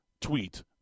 tweet